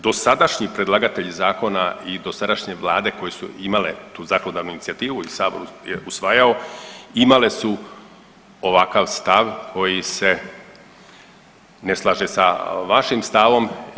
Dosadašnji predlagatelji zakona i dosadašnje vlade koje su imale tu zakonodavnu inicijativu i sabor je usvajao imale su ovakav stav koji se ne slaže sa vašim stavom.